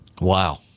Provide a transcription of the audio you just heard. Wow